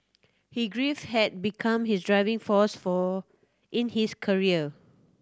he grief had become his driving force for in his career